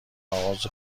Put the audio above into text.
آغاز